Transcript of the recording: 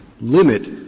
limit